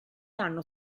hanno